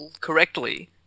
correctly